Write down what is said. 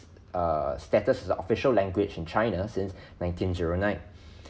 err status as the official language in china since nineteen zero nine